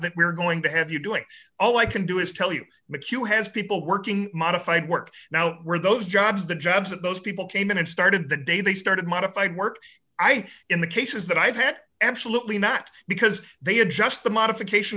that we're going to have you doing all i can do is tell you mchugh has people working modified work now where those jobs the jobs that those people came in and started the day they started modified work i think in the cases that i've had absolutely not because they had just the modification